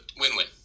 win-win